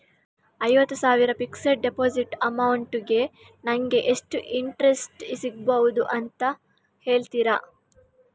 ಐವತ್ತು ಸಾವಿರ fixed deposit amount ಗೆ ನಂಗೆ ಎಷ್ಟು ಇಂಟ್ರೆಸ್ಟ್ ಸಿಗ್ಬಹುದು ಅಂತ ಹೇಳ್ತೀರಾ?